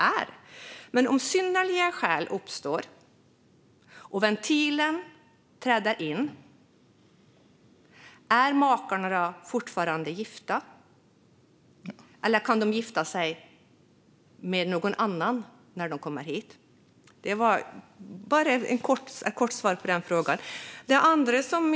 Är makarna fortfarande gifta om synnerliga skäl uppstår och ventilen träder in, eller kan de gifta sig med någon annan när de kommer hit? Jag skulle vilja ha ett kort svar på denna fråga.